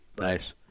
Nice